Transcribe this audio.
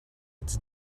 its